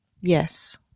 yes